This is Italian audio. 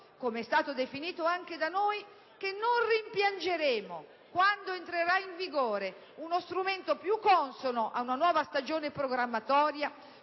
come è stato definito anche da noi, che non rimpiangeremo quando entrerà in vigore uno strumento più consono a una nuova stagione programmatoria,